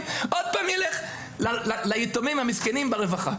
עוד פעם ילך ליתומים המסכנים ברווחה.